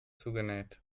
zugenäht